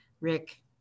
Rick